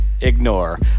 ignore